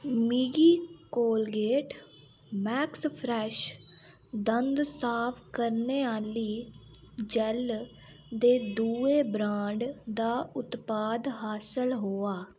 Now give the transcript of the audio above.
मिगी Colgate Max Fresh दंद साफ करने आह्ली जैल्ल दे दुए ब्रांड दा उत्पाद हासल होआ